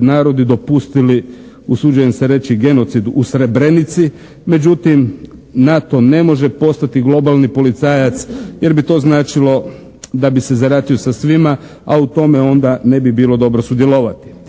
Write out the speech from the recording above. narodi dopustili usuđujem se reći genocid u Srebrenici. Međutim, NATO ne može postati globalni policajac jer bi to značilo da bi se zaratio sa svima, a u tome onda ne bi bilo dobro sudjelovati.